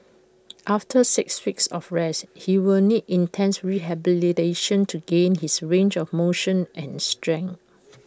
after six weeks of rest he will need intense rehabilitation to regain his range of motion and strength